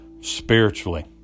spiritually